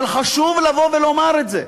אבל חשוב לבוא ולומר את זה,